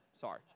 Sorry